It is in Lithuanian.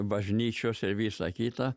bažnyčiose įsakyta